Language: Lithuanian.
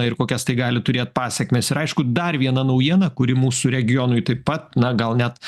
ir kokias tai gali turėt pasekmes ir aišku dar viena naujiena kuri mūsų regionui taip pat na gal net